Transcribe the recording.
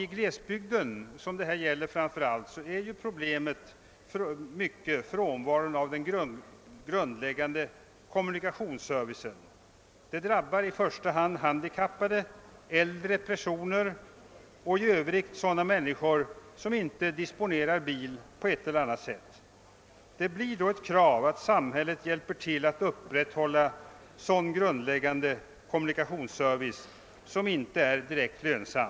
I glesbygderna, som det här framför allt gäller, är det stora problemet frånvaron av den grundläggande kommunikationsservicen, något som i första hand drabbar handikappade och äldre personer och i övrigt sådana människor som inte disponerar egen bil eller har tillgång till bil på annat sätt. Det blir då ett krav att samhället hjälper till att upprätthålla sådan grundläggande kommunikationsservice som inte är direkt lönsam.